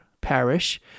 Parish